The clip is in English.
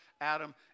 Adam